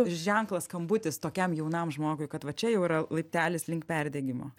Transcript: ženklas skambutis tokiam jaunam žmogui kad va čia jau yra laiptelis link perdegimo